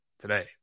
today